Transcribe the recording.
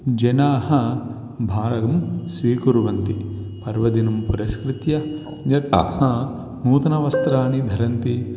जनाः भागं स्वीकुर्वन्ति पर्वदिनं पुरस्कृत्य यदा नूतनवस्त्राणि धरन्ति